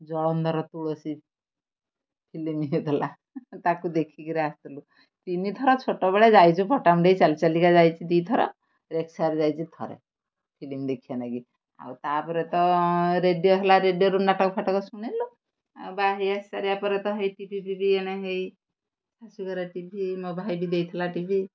Jalandhar Tulsi film ହେଉଥିଲା ତାକୁ ଦେଖିକିରି ଆସିଥିଲୁ ତିନିଥର ଛୋଟବେଳେ ଯାଇଛୁ ଫଟାମୁଣ୍ଡେଇ ଚାଲି ଚାଲିକା ଯାଇଛି ଦୁଇ ଥର ରେକ୍ସାରେ ଯାଇଛି ଥରେ ଫିଲିମ ଦେଖିବା ଲାଗି ଆଉ ତା'ପରେ ତ ରେଡ଼ିଓ ହେଲା ରେଡ଼ିଓରୁ ନାଟକ ଫାଟକ ଶୁଣିଲୁ ଆଉ ବାହା ହେଇ ଆସି ସାରିବା ପରେ ତ ହେଇ ଟିଭି ଏଣେ ହେଇ ଶାଶୁ ଘରେ ଟିଭି ମୋ ଭାଇ ବି ଦେଇଥିଲା ଟିଭି